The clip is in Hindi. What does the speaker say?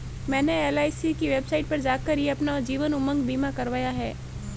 मैंने एल.आई.सी की वेबसाइट पर जाकर ही अपना जीवन उमंग बीमा करवाया है